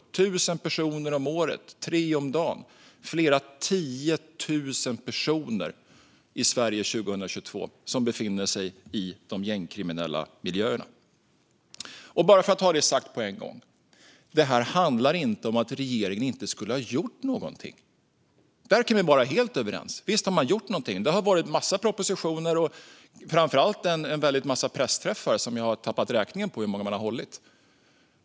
Det är tusen personer om året, tre om dagen, flera tiotusentals personer i Sverige 2022 som befinner sig i de gängkriminella miljöerna. Bara för att ha det sagt på en gång: Det här handlar inte om att regeringen inte skulle ha gjort någonting. Där kan vi vara helt överens. Visst har man gjort någonting! Det har varit en massa propositioner och framför allt en väldig massa pressträffar. Jag har tappat räkningen på hur många regeringen har hållit.